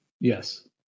Yes